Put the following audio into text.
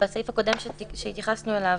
בסעיף הקודם שהתייחסנו אליו,